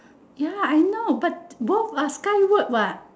ya I know but both are skyward what